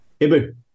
Ibu